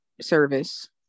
service